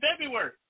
February